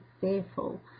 fearful